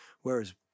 whereas